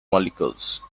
molecules